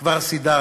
כבר סידרנו,